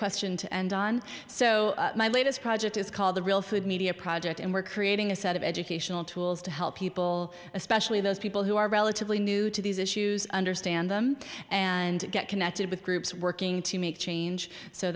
question to end on so my latest project is called the real food media project and we're creating a set of educational tools to help people especially those people who are relatively new to these issues understand them and get connected with groups working to make change so